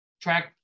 track